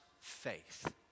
faith